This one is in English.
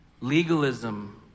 legalism